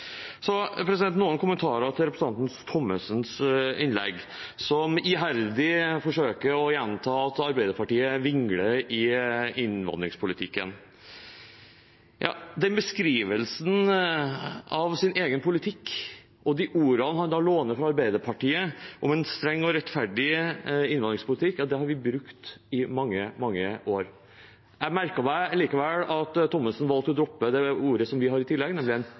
Så noen kommentarer til innlegget fra representanten Thommessen, som iherdig forsøker å gjenta at Arbeiderpartiet vingler i innvandringspolitikken. Den beskrivelsen av sin egen politikk og de ordene han låner fra Arbeiderpartiet om en streng og rettferdig innvandringspolitikk, har vi brukt i mange, mange år. Jeg merket meg likevel at Thommessen valgte å droppe det ordet som vi har i tillegg, nemlig en